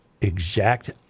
exact